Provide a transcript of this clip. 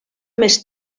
més